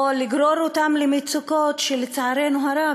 או לגרור אותם למצוקות שלצערנו הרב